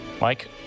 Mike